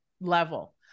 level